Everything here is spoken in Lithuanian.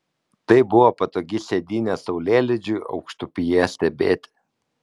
tai buvo patogi sėdynė saulėlydžiui aukštupyje stebėti